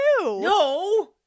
No